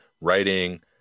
writing